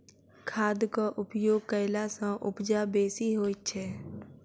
खादक उपयोग कयला सॅ उपजा बेसी होइत छै